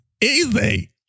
easy